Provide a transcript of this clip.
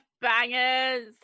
bangers